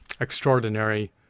extraordinary